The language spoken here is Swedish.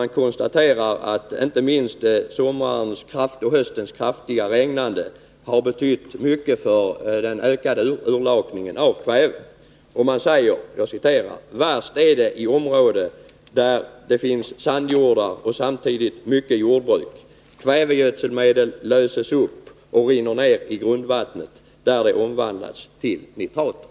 Man konstaterar där att inte minst sommarens och höstens kraftiga regnande har kraftigt bidragit till den ökade urlakningen av kvävet. Man säger: ”Värst är det i område där det finns sandjordar och samtidigt mycket jordbruk. Kvävegödselmedel löses upp och rinner ner i grundvattnet där det omvandlas till nitrater.”